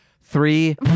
three